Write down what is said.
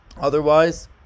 Otherwise